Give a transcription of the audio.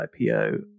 IPO